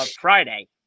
Friday